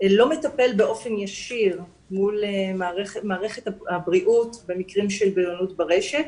לא מטפל באופן ישיר מול מערכת הבריאות במקרים של בריונות ברשת